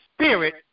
Spirit